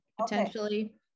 potentially